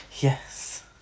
Yes